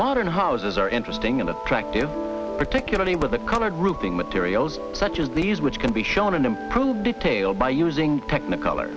modern houses are interesting and attractive particularly with the colored roofing materials such as these which can be shown in improved detail by using technicolor